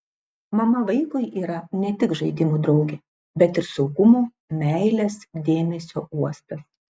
mama vaikui yra ne tik žaidimų draugė bet ir saugumo meilės dėmesio uostas